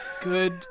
Good